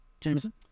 jameson